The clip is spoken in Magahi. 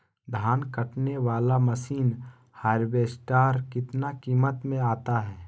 धान कटने बाला मसीन हार्बेस्टार कितना किमत में आता है?